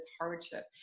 hardship